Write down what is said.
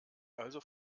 also